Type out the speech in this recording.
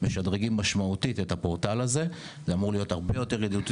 שאנחנו נשלוף מידע של רשות אוכלוסין שקיים כיום באזור האישי